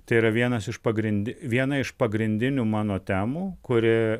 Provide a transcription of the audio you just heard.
tai yra vienas iš pagrindi viena iš pagrindinių mano temų kuri